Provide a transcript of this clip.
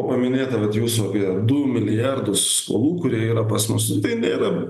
buvo minėta vat jūsų apie du milijardus skolų kurie yra pas mus tai nėra